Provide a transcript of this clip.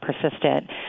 persistent